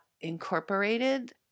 incorporated